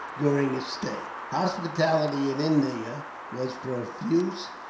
during his stay. hospitality in india was profuse,